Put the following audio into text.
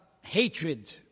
hatred